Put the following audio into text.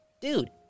Dude